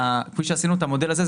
כפי שעשינו את המודל הזה,